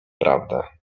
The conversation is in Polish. prawdę